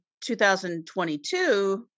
2022